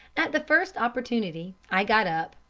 at the first opportunity i got up,